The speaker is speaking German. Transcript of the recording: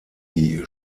die